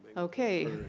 okay.